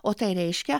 o tai reiškia